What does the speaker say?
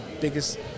biggest